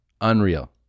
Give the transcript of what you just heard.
unreal